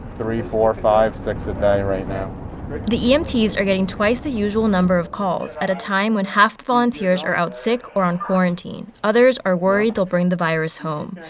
three, four, five, six a day right now the emts is getting twice the usual number of calls at a time when half the volunteers are out sick or on quarantine. others are worried they'll bring the virus home.